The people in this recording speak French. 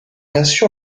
assure